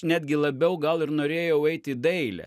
netgi labiau gal ir norėjau eiti į dailę